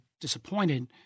disappointed –